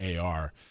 AR